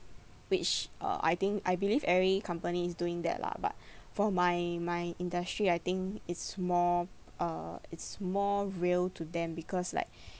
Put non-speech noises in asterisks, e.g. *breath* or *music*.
which uh I think I believe every company is doing that lah but *breath* for my my industry I think it's more uh it's more real to them because like *breath*